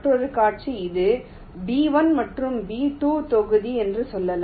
மற்ற காட்சி இது B1 மற்றும் B2 தொகுதி என்று சொல்லலாம்